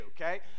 okay